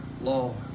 law